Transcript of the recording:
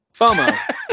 FOMO